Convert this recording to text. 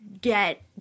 get